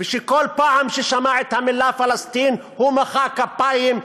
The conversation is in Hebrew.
וכל פעם ששמע את המילה פלסטין הוא מחא כפיים,